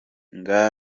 ngo